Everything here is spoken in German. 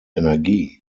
energie